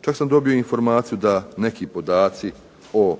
Čak sam dobio informaciju da neki podaci o